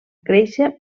créixer